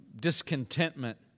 discontentment